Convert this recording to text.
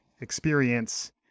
experience